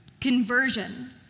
conversion